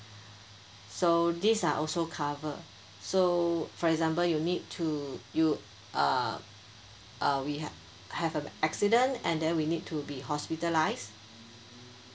so these are also cover so for example you need to you um uh we have have accident and then we need to be hospitalised